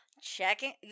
checking